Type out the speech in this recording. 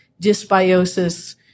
dysbiosis